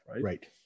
Right